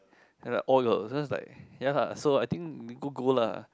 ya lah all girls that's why like ya lah so I think we go go lah